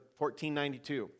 1492